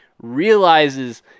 realizes